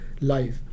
life